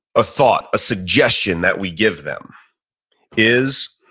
a thought, a suggestion that we give them is,